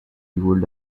would